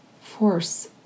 force